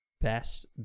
best